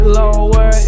lower